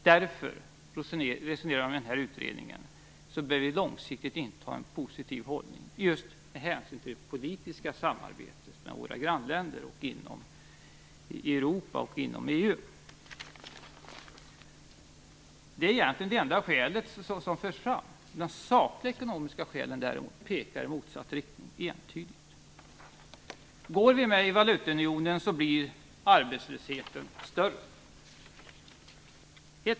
Därför, resonerar utredningen, bör vi långsiktigt inta en positiv hållning just med hänsyn till det politiska samarbetet med våra grannländer och inom Europa och EU. Detta är egentligen det enda skäl som förs fram. De sakliga ekonomiska skälen pekar däremot entydigt i klart motsatt riktning. Går vi med i valutaunionen, blir arbetslösheten helt klart större.